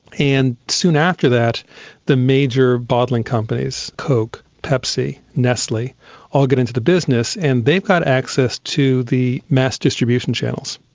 and soon after that the major bottling companies coke, pepsi, nestle all get into the business and they've got access to the mass distribution channels.